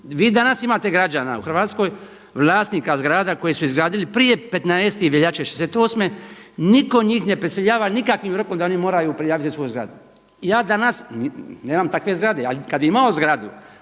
Vi danas imate građana u Hrvatskoj, vlasnika zgrada koji su izgradili prije 15. veljače '68. Nitko njih ne prisiljava nikakvim rokom da oni moraju prijaviti svoju zgradu. Ja danas nemam takve zgrade, ali kad bih imao zgradu